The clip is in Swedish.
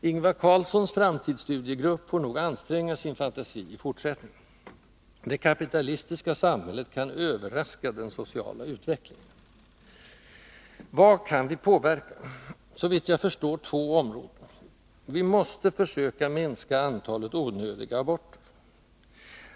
Ingvar Carlssons framtidsstudiegrupp får nog anstränga sin fantasi i fortsättningen. Det kapitalistiska samhället kan överraska den sociala utvecklingen. Vad kan vi påverka? Såvitt jag förstår två områden. Vi måste försöka minska antalet onödiga aborter.